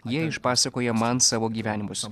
jie išpasakoja man savo gyvenimus